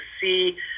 see